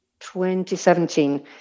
2017